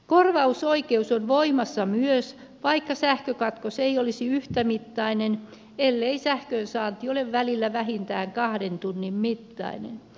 korvausoikeus on voimassa myös vaikka sähkökatkos ei olisi yhtämittainen ellei sähkönsaanti ole välillä vähintään kahden tunnin mittainen